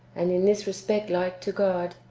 and in this respect like to god,